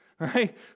Right